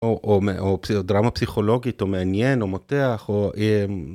או דרמה פסיכולוגית, או מעניין, או מותח.